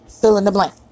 fill-in-the-blank